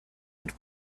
would